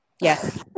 Yes